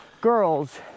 girls